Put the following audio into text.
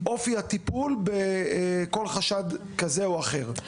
אופי הטיפול בכל חשד כזה או אחר.